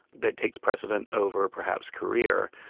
that takes precedent over, perhaps, career.